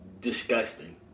disgusting